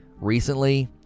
recently